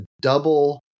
double